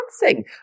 dancing